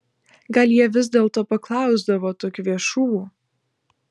gal jie vis dėlto paklausdavo tų kvėšų